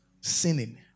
Sinning